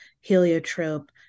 heliotrope